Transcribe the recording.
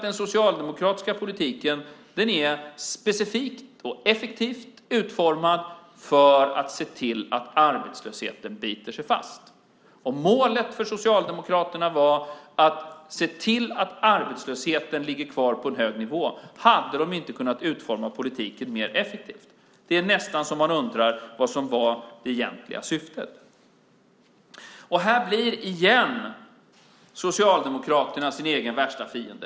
Den socialdemokratiska politiken är nämligen specifikt och effektivt utformad för att se till att arbetslösheten biter sig fast. Om målet för Socialdemokraterna vore att se till att arbetslösheten ligger kvar på en hög nivå hade de inte kunnat utforma politiken mer effektivt. Det är nästan så att man undrar vad som är det egentliga syftet. Här blir Socialdemokraterna återigen sin egen värsta fiende.